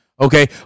okay